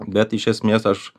bet iš esmės aš